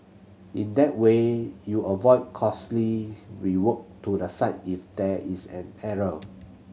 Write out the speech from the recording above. in that way you avoid costly rework to the site if there is an error